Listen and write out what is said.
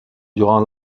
durant